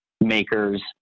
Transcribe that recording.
makers